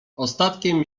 ostatkiem